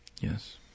Yes